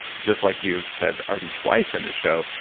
just like you've said already twice in this show,